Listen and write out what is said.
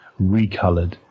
recolored